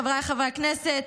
חבריי חברי הכנסת,